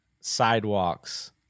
sidewalks